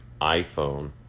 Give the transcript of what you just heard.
iPhone